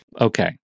okay